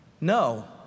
No